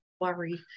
worry